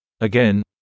Again